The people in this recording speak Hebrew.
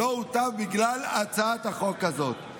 לא הוטב בגלל הצעת החוק הזאת.